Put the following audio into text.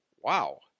wow